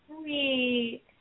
sweet